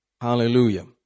Hallelujah